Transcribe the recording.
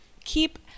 keep